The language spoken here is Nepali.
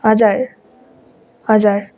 हजुर हजुर